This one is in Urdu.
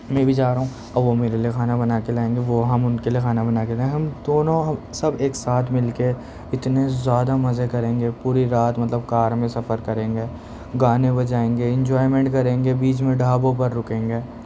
میں بھی جارہا ہوں اور وہ میرے لئے کھانا بنا کے لائیں گے وہ ہم ان کے لئے کھانا بنا کے لائیں گے ہم دونوں سب ایک ساتھ مل کے اتنے زیادہ مزے کریں گے پوری رات مطلب کار میں سفر کریں گے گانے بجائیں گے انجوائمنٹ کریں گے بیچ میں ڈھابوں پر رکیں گے